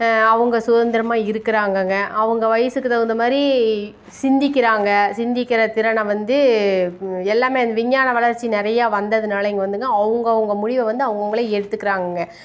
அவங்க சுதந்திரமா இருக்கிறாங்கங்க அவங்க வயசுக்கு தகுந்த மாதிரி சிந்திக்கிறாங்க சிந்திக்கின்ற திறனை வந்து எல்லாமே அது விஞ்ஞான வளர்ச்சி நிறையா வந்ததுனாலைங்க வந்துங்க அவங்கவுங்க முடிவை வந்து அவங்கவுங்களே எடுத்துக்கிறாங்க